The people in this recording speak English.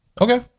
Okay